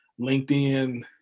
linkedin